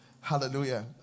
Hallelujah